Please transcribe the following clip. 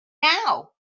now